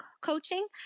coaching